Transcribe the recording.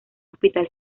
hospital